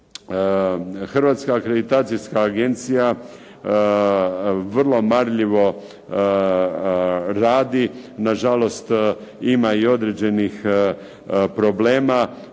Hrvatska akreditacijska agencija vrlo marljivo radi. Na žalost ima i određenih problema